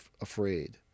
afraid